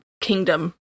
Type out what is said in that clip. kingdom